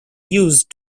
used